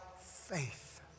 faith